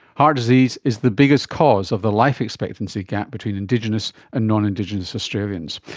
heart disease is the biggest cause of the life expectancy gap between indigenous and non-indigenous australians.